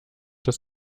das